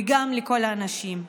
וגם לכל האנשים.